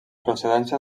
procedència